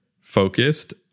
focused